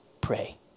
pray